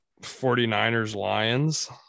49ers-Lions